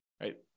right